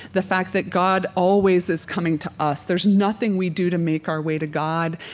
the fact that god always is coming to us. there's nothing we do to make our way to god.